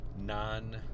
non